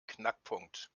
knackpunkt